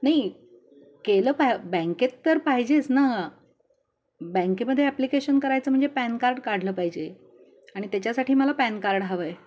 नाही केलं पाय बँकेत तर पाहिजेच ना बँकेमध्ये ॲप्लिकेशन करायचं म्हणजे पॅन कार्ड काढलं पाहिजे आणि त्याच्यासाठी मला पॅन कार्ड हवं आहे